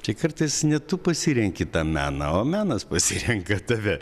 tik kartais ne tu pasirenki tą meną o menas pasirenka tave